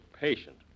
patient